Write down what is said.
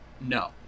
no